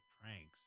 pranks